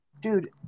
dude